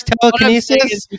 telekinesis